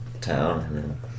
town